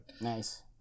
Nice